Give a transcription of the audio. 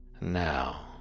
Now